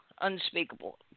unspeakable